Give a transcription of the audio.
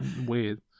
weird